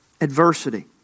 adversity